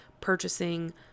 purchasing